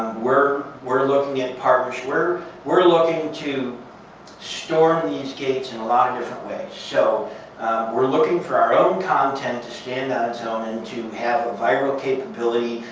we're we're looking at a partnerships. we're we're looking to storm these gates in a lot different ways. so we're looking for our own content to stand on its own and to have a viral capability,